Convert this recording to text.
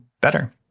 better